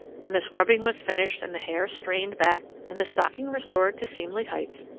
when the scrubbing was finished and the hair strained back and the stocking restored to seemly heights,